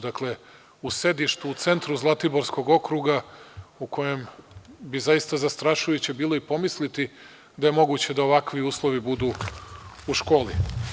Dakle, u sedištu, u centru Zlatiborskog okruga u kojem bi zaista zastrašujuće bilo i pomislite da je moguće da ovakvi uslovi budu u školi.